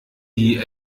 die